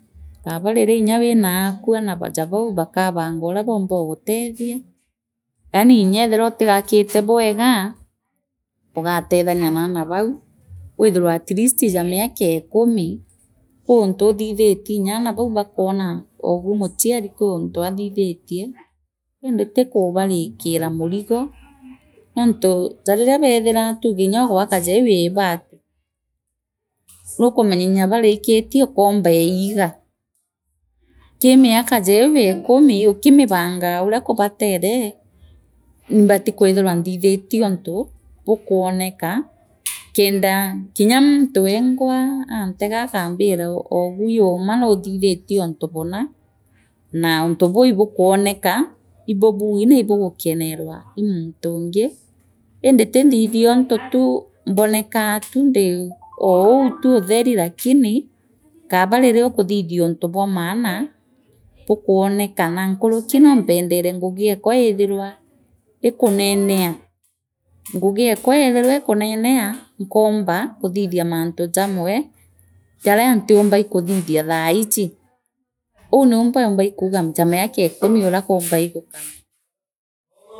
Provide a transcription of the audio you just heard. Kaabariria nyaa wiina aaku aana ja jabau bakaabanga uria boombagutethia yaani nyethira utiakite bweega buugatethenia naana bau wiithirwe atleast jea miaka ekumi kwi untu uthithitie nyaana bau bakwona oobu muchari kwi into uthithitie indi ti ka barikira murigo noontujariria beethira tuge nyoogwaka jeu yeebati nukumenya inya baarikitie ukombeeliga kii miaka jeu ikumi ukimibengaa uria kubatere imbati kwithirwa nthithitie untu bukwanoka kendo kinya muntu wengwa aantega akambira o oogu ii uma nulithithitie ontu buna naa untu buli ibakwoneka ibabu naaibugukenerwa ii muntuungi indi ti nthithionthu tu mbonekaa tu ndii oo iu tu uthen lakini Kaaba riria ukuthithia onthi bwa maana bukwonelea naa nkuruki noompendere ngugi ekwa iithirwa ikunenea ngugiekwa yethirwa ikunenea nkoomba kathithia mantu jamwe jaria ntumba ii kuthithia thaa iiji uu niu mbumbaa ja ja miaka kumi.